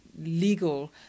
legal